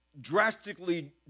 drastically